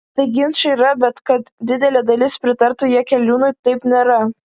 tai ginčai yra bet kad didelė dalis pritartų jakeliūnui taip nėra